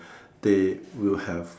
they will have